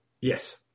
Yes